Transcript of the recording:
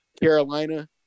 Carolina